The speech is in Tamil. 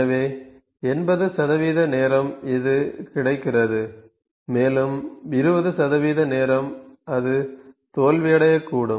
எனவே 80 நேரம் இது கிடைக்கிறது மேலும் 20 நேரம் அது தோல்வியடையக்கூடும்